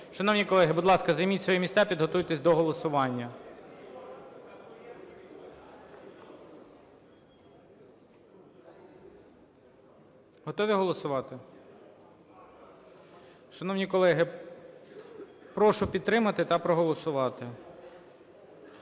Шановні колеги, будь ласка, займіть свої місця, підготуйтесь до голосування. Готові голосувати? Шановні колеги, прошу підтримати та проголосувати.